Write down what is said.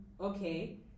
okay